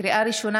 לקריאה ראשונה,